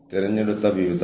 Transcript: HRM ന്റെ ഭാവി എന്താണ്